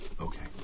Okay